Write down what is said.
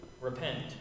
Repent